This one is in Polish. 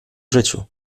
życiu